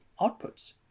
outputs